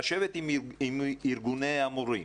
לשבת עם ארגוני המורים